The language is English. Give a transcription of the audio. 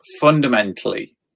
fundamentally